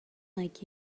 like